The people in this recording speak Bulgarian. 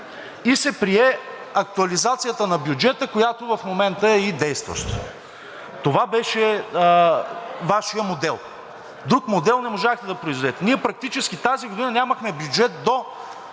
и се прие актуализацията на бюджета, която в момента е и действаща. Това беше Вашият модел. Друг модел не можахте да произведете. Ние практически тази година нямахме бюджет до